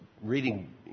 reading